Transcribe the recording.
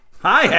Hi